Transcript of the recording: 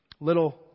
little